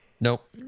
Nope